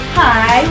hi